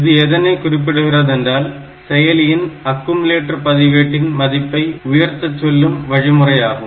இது எதனை குறிப்பிடுகிறது என்றால் செயலியின் அக்குமுலேட்டர் பதிவேட்டின் மதிப்பை உயர்த்த சொல்லும் வழிமுறை ஆகும்